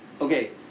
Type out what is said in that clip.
okay